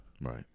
Right